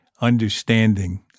understanding